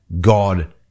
God